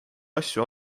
asju